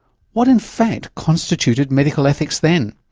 what in fact constituted medical ethics then?